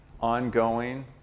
ongoing